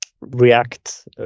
react